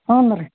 ಹ್ಞೂ ರೀ